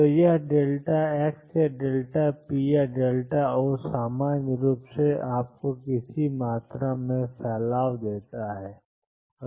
तो यह x या p या O सामान्य रूप से आपको किसी भी मात्रा में फैलाव देता है